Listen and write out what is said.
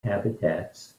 habitats